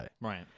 Right